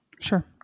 Sure